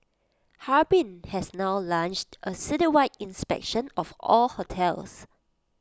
Harbin has now launched A citywide inspection of all hotels